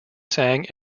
sang